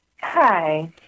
Hi